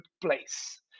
place